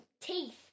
teeth